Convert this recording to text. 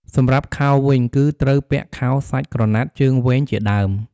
សម្រាប់ខោវិញ គឺត្រូវពាក់ខោសាច់ក្រណាត់ជើងវែងជាដើម។